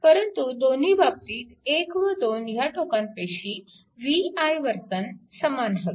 परंतु दोन्ही बाबतीत 1 व 2 ह्या टोकांपाशी v i वर्तन समान हवे